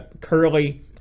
Curly